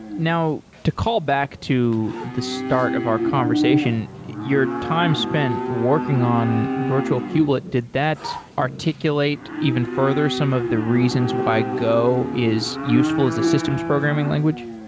now to call back to the start of our conversation, your time spent working on virtual kubelet, did that articulate even further some of the reasons why go is useful as the systems programming language?